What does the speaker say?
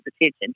attention